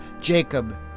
Jacob